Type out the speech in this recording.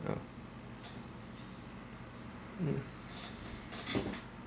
um mm